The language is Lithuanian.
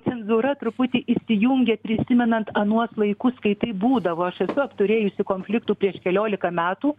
cenzūra truputį įsijungia prisimenant anuos laikus kai tai būdavo aš esu apturėjusi konfliktų prieš keliolika metų